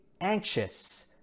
anxious